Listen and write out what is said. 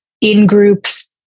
in-groups